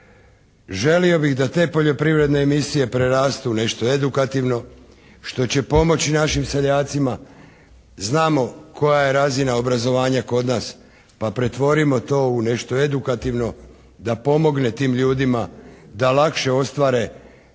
Želio bih da te poljoprivredne emisije prerastu u nešto edukativno što će pomoći našim seljacima. Znamo koja je razina obrazovanja kod nas, pa pretvorimo to u nešto edukativno da pomogne tim ljudima da lakše ostvare